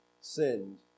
sinned